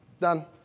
Done